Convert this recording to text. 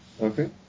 Okay